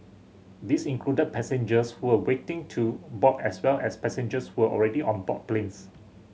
these included passengers who were waiting to board as well as passengers who were already on board planes